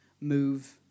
move